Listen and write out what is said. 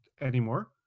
anymore